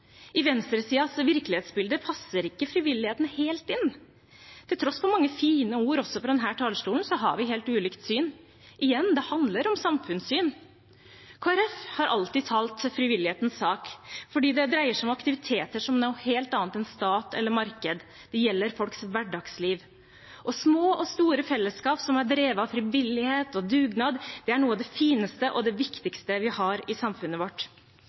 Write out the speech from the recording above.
I venstresidens virkelighetsbilde passer ikke frivilligheten helt inn. Til tross for mange fine ord, også fra denne talerstolen, har vi et helt ulikt syn. Igjen: Det handler om samfunnssyn. Kristelig Folkeparti har alltid talt frivillighetens sak fordi det dreier seg om aktiviteter som noe helt annet enn stat eller marked; det gjelder folks hverdagsliv. Og små og store fellesskap som er drevet av frivillighet og dugnad, er noe av det fineste og viktigste vi har i samfunnet vårt.